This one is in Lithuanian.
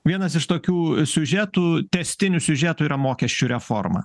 vienas iš tokių siužetų tęstinių siužetų yra mokesčių reforma